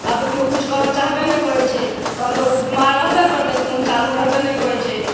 आब तऽ केओ किछु करय चाहबे नहि करै छै तहन तऽ ओ बीमार रहबे करतै खून चालू रहबे नहि करै छै